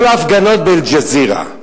כל ההפגנות ב"אל-ג'זירה",